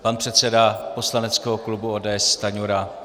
Pan předseda poslaneckého klubu ODS Stanjura.